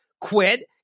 Quit